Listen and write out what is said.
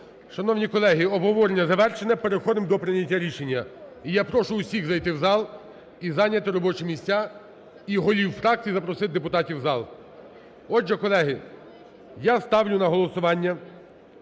Шановні колеги, обговорення завершене. Переходимо до прийняття рішення. І я прошу всіх зайти в зал і зайняти робочі місця, і голів фракцій запросити депутатів у зал. Отже, колеги, я ставлю на голосування